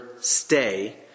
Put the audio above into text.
stay